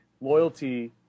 loyalty